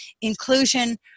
inclusion